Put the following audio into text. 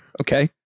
okay